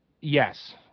yes